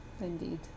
Indeed